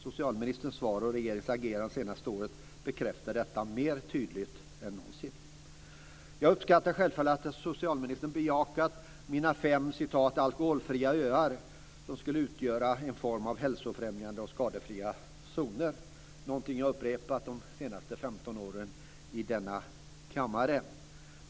Socialministerns svar och regeringens agerande under det senaste året bekräftar detta mer tydligt än någonsin. Jag uppskattar självfallet att socialministern bejakar mina fem "alkoholfria öar" som skulle utgöra en form av hälsofrämjande och skadefria zoner, något jag upprepat under de senaste 15 åren i denna kammare.